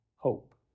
hope